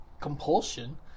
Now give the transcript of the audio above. compulsion